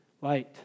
Light